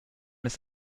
ist